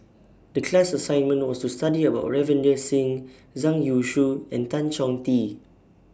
The class assignment was to study about Ravinder Singh Zhang Youshuo and Tan Chong Tee